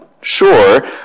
sure